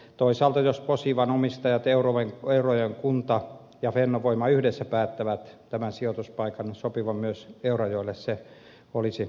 toisaalta jos posivan omistajat eurajoen kunta ja fennovoima yhdessä päättävät tämän sijoituspaikan sopivan myös eurajoelle se olisi mahdollista